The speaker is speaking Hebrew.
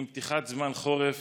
עם פתיחת זמן חורף